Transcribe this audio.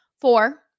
Four